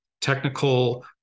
technical